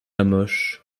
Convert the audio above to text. hamoche